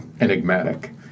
enigmatic